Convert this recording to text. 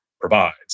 provides